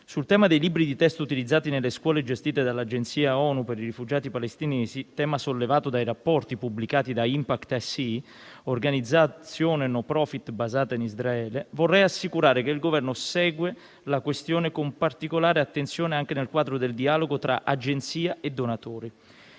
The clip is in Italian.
Sul tema dei libri di testo utilizzati nelle scuole gestite dall'Agenzia ONU per i rifugiati palestinesi, tema sollevato dai rapporti pubblicati da Impact-SE, organizzazione *no profit* basata in Israele, vorrei assicurare che il Governo segue la questione con particolare attenzione, anche nel quadro del dialogo tra Agenzia e donatori.